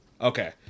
Okay